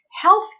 Health